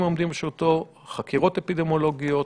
העומדים לרשותו: חקירות אפידמיולוגיות